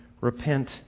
repent